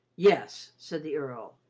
yes, said the earl,